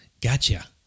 Gotcha